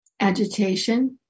agitation